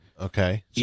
Okay